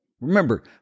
Remember